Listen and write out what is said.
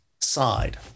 side